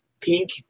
pink